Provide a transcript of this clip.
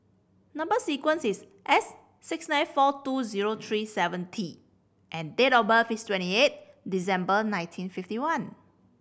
number sequence is S six nine four two zero three seven T and date of birth is twenty eight December nineteen fifty one